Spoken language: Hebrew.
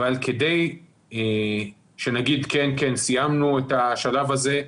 אבל כדי שנגיד: סיימנו את השלב הזה,